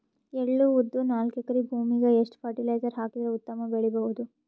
ಎಳ್ಳು, ಉದ್ದ ನಾಲ್ಕಎಕರೆ ಭೂಮಿಗ ಎಷ್ಟ ಫರಟಿಲೈಜರ ಹಾಕಿದರ ಉತ್ತಮ ಬೆಳಿ ಬಹುದು?